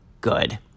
good